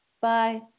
Bye